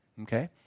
Okay